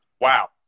wow